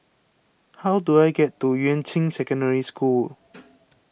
how do I get to Yuan Ching Secondary School